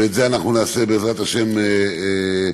ואת זה אנחנו נעשה, בעזרת השם, בוועדה,